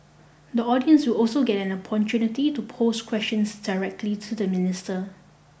the audience will also get an opportunity to pose questions directly to the minister